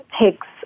takes